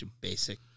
Basic